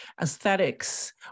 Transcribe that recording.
aesthetics